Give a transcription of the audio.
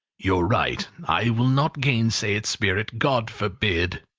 you're right. i will not gainsay it, spirit. god forbid!